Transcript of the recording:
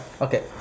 Okay